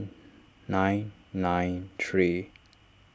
nine nine three